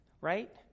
right